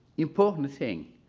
important thing,